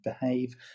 behave